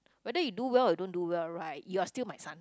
whether you do well or you don't do well right you are still my son